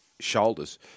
Shoulders